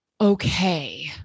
okay